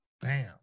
Bam